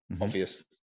obvious